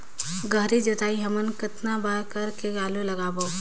गहरी जोताई हमन कतना बार कर के आलू लगाबो?